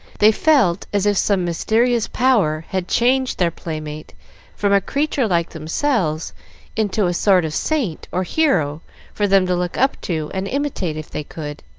they felt as if some mysterious power had changed their playmate from a creature like themselves into a sort of saint or hero for them to look up to, and imitate if they could.